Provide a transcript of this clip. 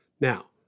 Now